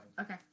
okay